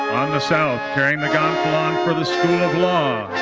on the south, carrying the gonfalon for the school of law,